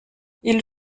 ils